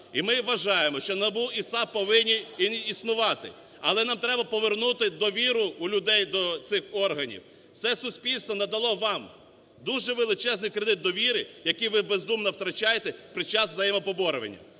І ми вважаємо, що НАБУ і САП повинні існувати. Але нам треба повернути довіру у людей до цих органів. Все суспільство надало вам дуже величезний кредит довіри, який ви бездумно втрачаєте під час взаємопоборюваня.